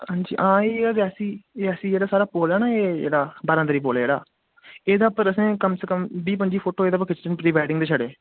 आं इयै रियासी रियासी जेह्ड़ा साढ़ा पुल ऐ ना जेह्ड़ा बरांदरी पुल जेह्ड़ा एहदे पर असें कम से कम बी पंजी फोटो जेह्ड़े खिच्चने न प्री वेडिंग दे छड़े